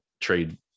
trade